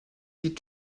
die